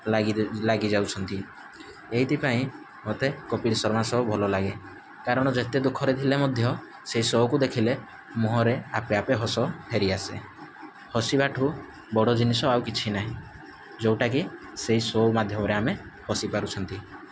ଲାଗି ଲାଗି ଯାଉଛନ୍ତି ଏଇଥିପାଇଁ ମୋତେ କପିଲ୍ ଶର୍ମା ଶୋ ଭଲଲାଗେ କାରଣ ଯେତେ ଦୁଃଖରେ ଥିଲେ ମଧ୍ୟ ସେଇ ଶୋକୁ ଦେଖିଲେ ମୁହଁରେ ଆପେ ଆପେ ହସ ଫେରିଆସେ ହସିବାଠୁ ବଡ଼ ଜିନିଷ ଆଉ କିଛି ନାହିଁ ଯେଉଁଟା କି ସେଇ ଶୋ ମାଧ୍ୟମରେ ଆମେ ହସି ପାରୁଛନ୍ତି